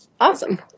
Awesome